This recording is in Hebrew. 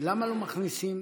למה לא מכניסים,